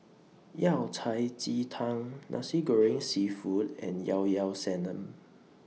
Yao Cai Ji Tang Nasi Goreng Seafood and Llao Llao Sanum